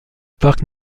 parc